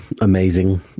amazing